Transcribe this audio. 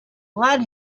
led